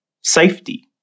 safety